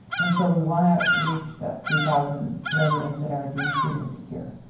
and so, we wanna reach that three thousand residents that are deemed food insecure.